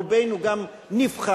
רובנו גם נבחרנו,